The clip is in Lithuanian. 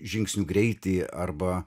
žingsnių greitį arba